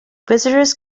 visitors